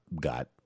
got